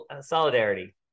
solidarity